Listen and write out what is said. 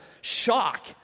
shock